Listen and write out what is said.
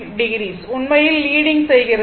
9o உண்மையில் leading செய்கிறது